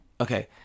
Okay